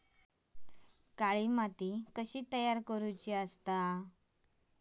काळी माती कशी तयार करूची?